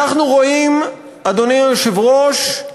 אנחנו רואים, אדוני היושב-ראש,